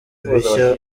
bishya